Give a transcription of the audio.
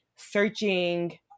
searching